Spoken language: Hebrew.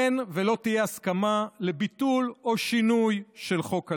אין ולא תהיה הסכמה לביטול או שינוי של חוק הלאום.